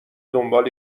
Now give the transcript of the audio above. دنبال